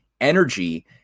energy